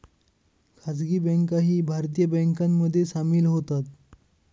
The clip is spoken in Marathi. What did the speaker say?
खासगी बँकाही भारतीय बँकांमध्ये सामील होतात